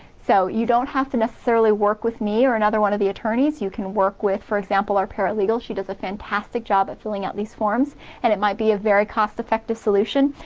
so you don't have to neessarily work with me or another one of the attorneys, you can work with, for example, our paralegal she does a fantastic job at filling out these forms and it might be a very cost effective solution,